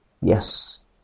Yes